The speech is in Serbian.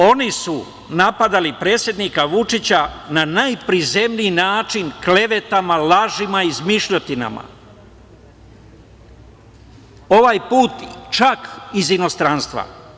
Oni su napadali predsednika Vučića na najprizemniji način klevetama, lažima, izmišljotinama ovaj put čak iz inostranstva.